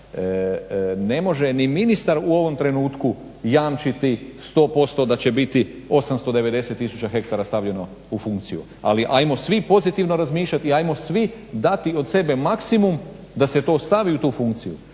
ne može ni ministar u ovom trenutku jamčiti 100% da će biti 890000 ha stavljeno u funkciju. Ali hajmo svi pozitivno razmišljati i hajmo svi dati od sebe maksimum da se to stavi u tu funkciju.